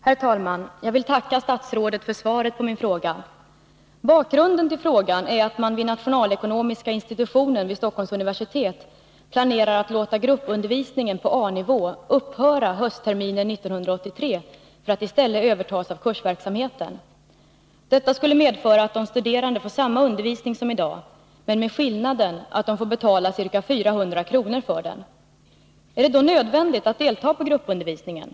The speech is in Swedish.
Herr talman! Jag vill tacka statsrådet för svaret på min fråga. Bakgrunden till frågan är att man vid nationalekonomiska institutionen vid Stockholms universitet planerar att låta gruppundervisningen på A-nivå upphöra höstterminen 1983 för att i stället övertas av Kursverksamheten. Detta skulle medföra att de studerande får samma undervisning som i dag, men med den skillnaden att de får betala ca 400 kr. för den. Är det då nödvändigt att delta i gruppunderivsningen?